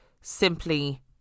simply